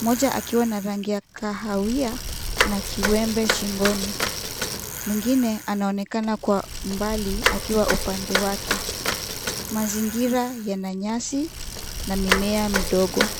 mmoja akiwa na rangi ya kahawia na kiwembe shingoni , mwingine anaonekana kwa umbali akiwa upande wake. Mazingira yana nyasi na mimea midogo.